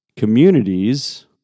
Communities